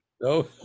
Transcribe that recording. No